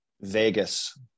Vegas